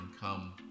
come